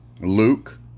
Luke